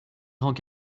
grands